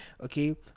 okay